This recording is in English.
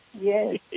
Yes